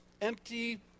empty